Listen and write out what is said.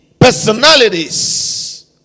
personalities